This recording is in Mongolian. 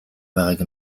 байгааг